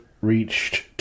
reached